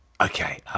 Okay